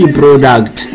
product